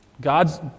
God's